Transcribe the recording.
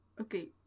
Okay